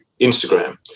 Instagram